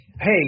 hey